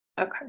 Okay